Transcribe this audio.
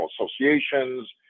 associations